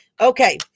okay